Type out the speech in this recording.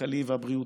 הכלכלי והבריאותי,